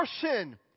sin